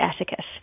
etiquette